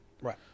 Right